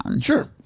sure